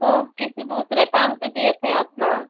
तो किसी दूसरे काम से दिए थे आप न